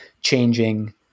changing